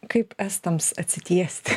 kaip estams atsitiesti